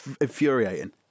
Infuriating